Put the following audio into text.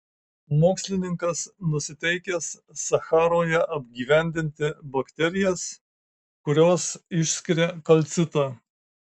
mokslininkas nusiteikęs sacharoje apgyvendinti bakterijas kurios išskiria kalcitą